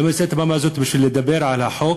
בשביל לדבר על החוק,